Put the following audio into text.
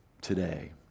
today